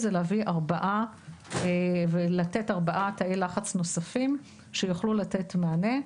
זה לתת ארבעה תאי לחץ נוספים שיוכלו לתת מענה.